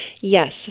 Yes